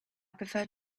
prefer